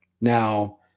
Now